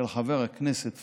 של חבר הכנסת פורר,